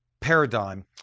paradigm